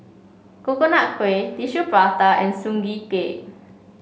Coconut Kuih Tissue Prata and Prata Bawang